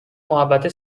محوطه